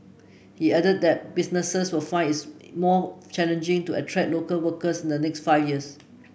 he added that businesses will find it's more challenging to attract local workers in the next five years